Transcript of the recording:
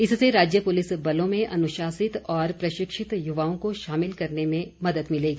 इससे राज्य पुलिस बलों में अनुशासित और प्रशिक्षित युवाओं को शामिल करने में मदद मिलेगी